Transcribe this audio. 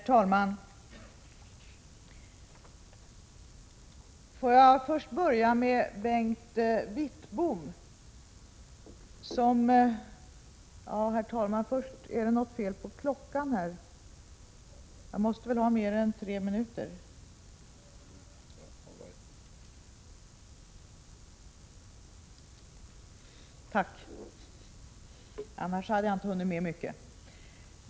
25 mars 1987 Herr talman!